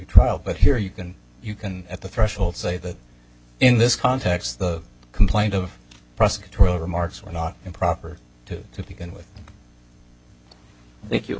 trial but here you can you can at the threshold say that in this context the complaint of prosecutorial remarks were not improper to begin with